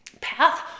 path